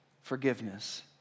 forgiveness